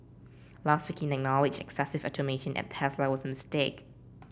last week he acknowledged excessive at Tesla was a mistake